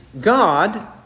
God